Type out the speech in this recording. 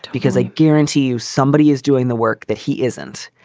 because i guarantee you somebody is doing the work that he isn't.